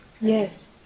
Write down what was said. Yes